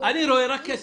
אני רואה רק כסף.